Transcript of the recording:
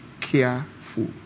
careful